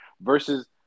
versus